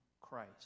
Christ